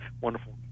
wonderful